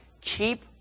keep